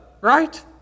right